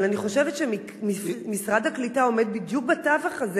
אבל אני חושבת שמשרד הקליטה עומד בדיוק בתווך הזה